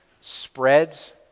spreads